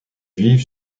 vivent